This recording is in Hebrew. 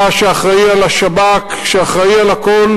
חברי חברי הכנסת,